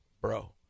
bro